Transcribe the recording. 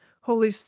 holy